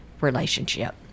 relationship